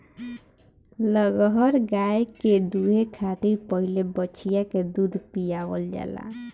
लगहर गाय के दूहे खातिर पहिले बछिया के दूध पियावल जाला